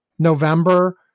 November